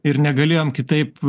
ir negalėjom kitaip